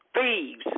thieves